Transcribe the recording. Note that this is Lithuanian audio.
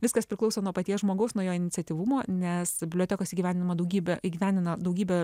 viskas priklauso nuo paties žmogaus nuo jo iniciatyvumo nes bibliotekos įgyvendino daugybę įgyvendino daugybę